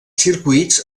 circuits